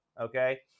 okay